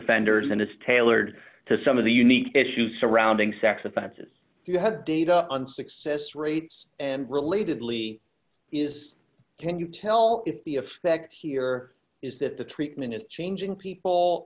offenders and it's tailored to some of the unique issues surrounding sex offenses you have data on success rates and relatedly is can you tell if the effect here is that the treatment is changing people